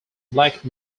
black